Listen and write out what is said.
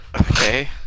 okay